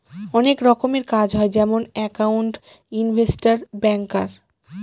অনেক রকমের কাজ হয় যেমন একাউন্ট, ইনভেস্টর, ব্যাঙ্কার